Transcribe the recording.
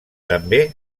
també